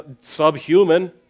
subhuman